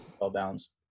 well-balanced